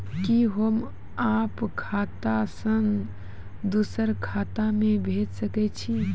कि होम आप खाता सं दूसर खाता मे भेज सकै छी?